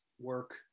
work